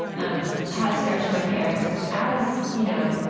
um has stretched my parents as, you know,